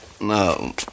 No